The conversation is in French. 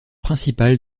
principal